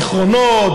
זיכרונות,